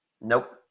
Nope